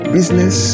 Business